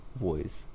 voice